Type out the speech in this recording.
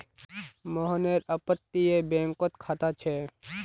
मोहनेर अपततीये बैंकोत खाता छे